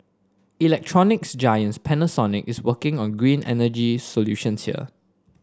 electronics giants Panasonic is working on green energy solutions here